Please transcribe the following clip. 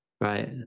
Right